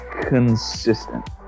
consistent